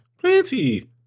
Plenty